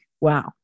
wow